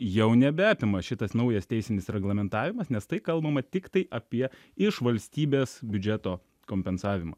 jau nebeapima šitas naujas teisinis reglamentavimas nes tai kalbama tiktai apie iš valstybės biudžeto kompensavimą